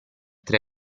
tre